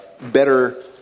better